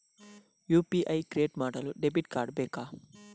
UPI create ಮಾಡಲು debit card ಬೇಕಾ?